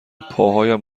پاهایم